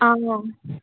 అవునా